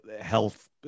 health